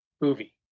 movie